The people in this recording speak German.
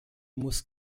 muss